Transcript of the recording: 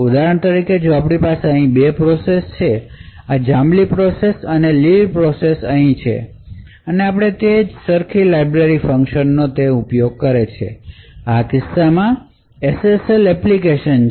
ઉદાહરણ તરીકે જો આપણી પાસે અહીં બે પ્રોસેસ છે આ જાંબલી પ્રોસેસ અને લીલી પ્રોસેસ અહીં છે અને આપણે તે સરખી જ લાઇબ્રેરી ફંક્શન નો ઉપયોગ કરે છે જે આ કિસ્સામાં SSL એન્ક્રિપ્શન છે